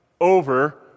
over